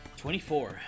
24